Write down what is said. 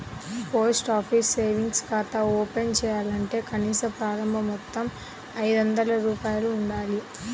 post office savings ఖాతా open చేయాలంటే కనీస ప్రారంభ మొత్తం ఐదొందల రూపాయలు ఉండాలి